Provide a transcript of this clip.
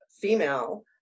female